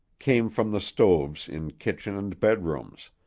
came from the stoves in kitchen and bedrooms,